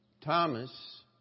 Thomas